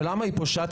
ולמה היא פושעת?